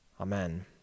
Amen